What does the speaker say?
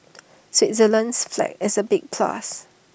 Switzerland's flag is A big plus